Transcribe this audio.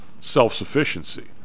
self-sufficiency